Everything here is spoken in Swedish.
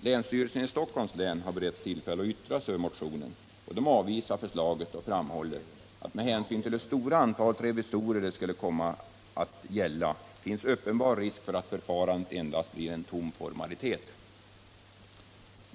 Länsstyrelsen i Stockholms län har beretts tillfälle att yttra sig över motionen och avvisar förslaget samt framhåller att det med hänsyn till det stora antalet revisorer som det skulle komma att gälla finns uppenbar risk för att förfarandet endast blir en tom formalitet.